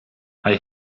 hij